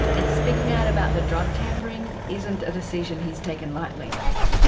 and speaking out about the drug tampering isn't a decision he's taken lightly.